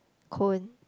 cone